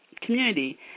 community